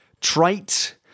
trite